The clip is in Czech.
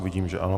Vidím, že ano.